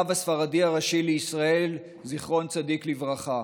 הרב הספרדי הראשי לישראל, זכר צדיק לברכה.